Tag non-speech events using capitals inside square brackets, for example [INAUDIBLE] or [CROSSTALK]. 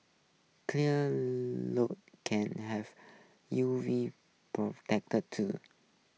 clear [UNINTELLIGIBLE] can have U V protect too